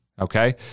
Okay